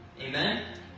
Amen